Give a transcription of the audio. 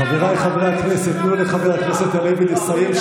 חבריי חברי הכנסת, תנו לחבר הכנסת הלוי לסיים.